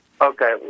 Okay